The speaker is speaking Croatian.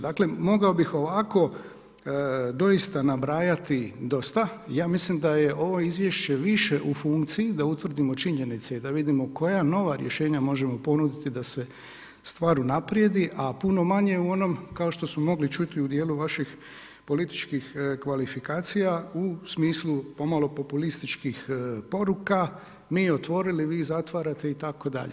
Dakle mogao bih ovako doista nabrajati doista, ja mislim da je ovo izvješće više u funkciji, da utvrdimo činjenice i da vidimo koja nova rješenja možemo ponuditi da se stvar unaprijedi, a puno manje u onom kao što smo mogli čuti u djelu vaših političkih kvalifikacija u smislu pomalo populističkih poruka, mi otvorili, vi zatvarate itd.